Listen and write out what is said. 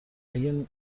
اگه